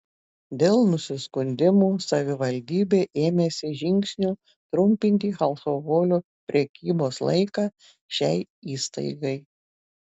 dėl nusiskundimų savivaldybė ėmėsi žingsnių trumpinti alkoholio prekybos laiką šiai įstaigai